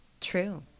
True